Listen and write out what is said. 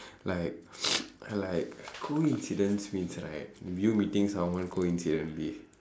like like coincidence means right when you meeting someone coincidentally